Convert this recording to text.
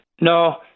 No